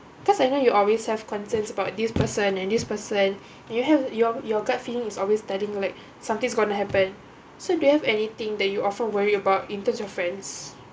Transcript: cause I know you always have concerns about this person and this person you have your your gut feeling is always studying like something's gonna happen so do you have anything that you often worry about in term of friends